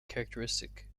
characteristic